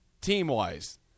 Team-wise